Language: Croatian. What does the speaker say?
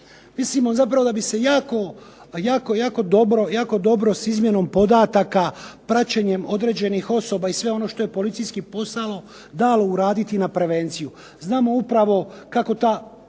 Mislimo da bi se jako dobro s izmjenom podataka praćenjem određenih osoba i sve ono što je policijski posao dalo uraditi na prevenciju znamo upravo kako ta